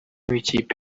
w’ikipe